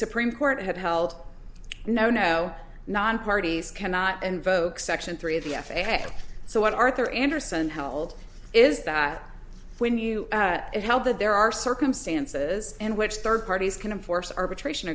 supreme court had helt no no non parties cannot invoke section three of the f a a so what arthur andersen held is that when you held that there are circumstances in which third parties can enforce arbitration